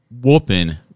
whooping